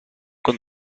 con